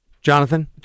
Jonathan